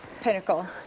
pinnacle